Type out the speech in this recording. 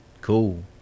Cool